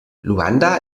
luanda